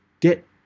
get